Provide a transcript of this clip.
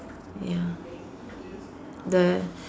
ya the